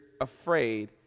afraid